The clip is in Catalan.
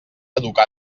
educar